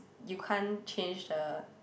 you can't change the